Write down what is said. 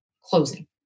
closing